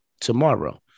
tomorrow